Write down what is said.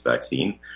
vaccine